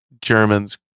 Germans